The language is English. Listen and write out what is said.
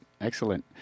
Excellent